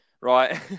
Right